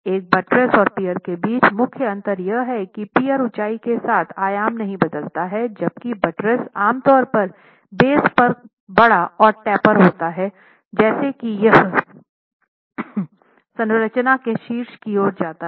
एक बट्रेस और पियर के बीच मुख्य अंतर यह है कि पियर ऊंचाई के साथ आयाम नहीं बदलता है जबकि बट्रेस आमतौर पर बेस पर बड़ा और टेपर होता है जैसा कि यह संरचना के शीर्ष की ओर जाता है